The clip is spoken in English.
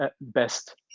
best